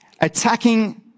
Attacking